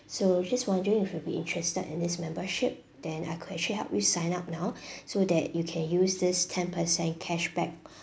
so just wondering if you would be interested in this membership then I could actually help you sign up now so that you can use this ten percent cashback